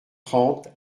trente